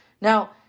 Now